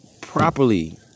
properly